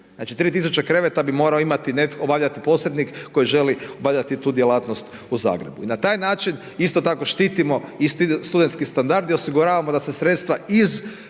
Znači 3 tisuće kreveta bi morao imati netko, obavljati posrednik koji želi obavljati tu djelatnost u Zagrebu. I na taj način isto tako štitimo i studentski standard i osiguravamo da se sredstva iz